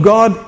God